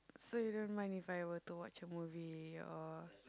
so you don't mind If I were to watch a movie or